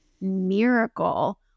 miracle